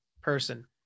person